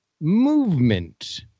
Movement